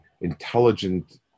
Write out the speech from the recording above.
intelligent